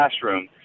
classroom